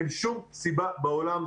אין שום סיבה בעולם,